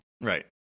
Right